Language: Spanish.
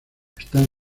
están